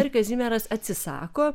ir kazimieras atsisako